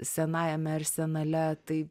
senajame arsenale tai